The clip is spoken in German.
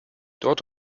dort